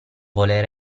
voler